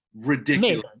ridiculous